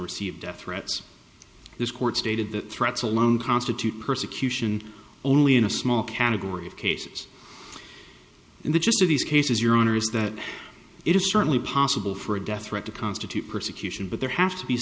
received death threats this court stated that threats alone constitute persecution only in a small category of cases in the jist of these cases your honor is that it is certainly possible for a death threat to constitute persecution but there have to be